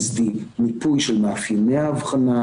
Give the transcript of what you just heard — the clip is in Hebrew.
הוא מודל שלא יכול להקים אותו בן אדם אחד.